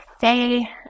say